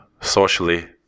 Socially